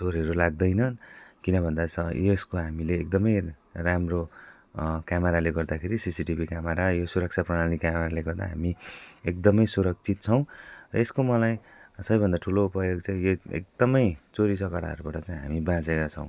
चोरहरू लाग्दैन किनभन्दा स यसको हामीले एकदमै राम्रो क्यामेराले गर्दाखेरि सिसिटिभी क्यामेरा यो सुरक्षा प्रणाली क्यामेराले गर्दा हामी एकदमै सुरक्षित छौँ र यसको मलाई सबैभन्दा ठुलो प्रयोग चाहिँ यही एकदमै चोरी चकेराहरूबाट चाहिँ हामी बाँचेका छौँ